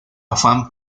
afán